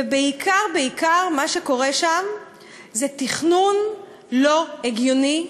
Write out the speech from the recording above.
ובעיקר בעיקר מה שקורה שם זה תכנון לא הגיוני,